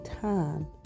time